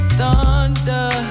thunder